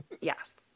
Yes